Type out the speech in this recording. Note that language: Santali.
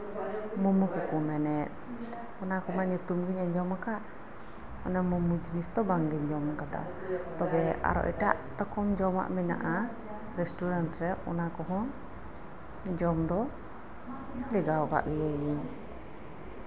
ᱢᱳᱢᱳ ᱠᱚᱠᱚ ᱢᱮᱱᱮᱫ ᱚᱱᱟ ᱠᱚ ᱢᱟ ᱧᱩᱛᱩᱢ ᱜᱤᱧ ᱟᱸᱡᱚᱢᱟᱠᱟᱫ ᱚᱱᱟ ᱢᱳᱢᱳ ᱡᱤᱱᱤᱥ ᱫᱚ ᱵᱟᱝᱜᱤᱧ ᱡᱚᱢᱟᱠᱟᱫᱟ ᱛᱚᱵᱮ ᱟᱨᱦᱚᱸ ᱮᱴᱟᱜ ᱨᱚᱠᱚᱢ ᱡᱚᱢᱟᱜ ᱡᱤᱱᱤᱥ ᱢᱮᱱᱟᱜᱼᱟ ᱨᱮᱥᱴᱩᱨᱮᱱᱴ ᱨᱮ ᱚᱱᱟ ᱠᱚᱦᱚᱸ ᱡᱚᱢ ᱫᱚ ᱞᱮᱜᱟᱣᱟᱠᱟᱜ ᱜᱤᱭᱟᱭᱤᱧ